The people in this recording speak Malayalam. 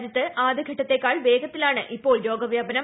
രാജ്യത്ത് ആദ്യഘട്ടത്തേക്കാൾ വേഗത്തിലാണ് ഇപ്പോൾ രോഗവ്യാപനം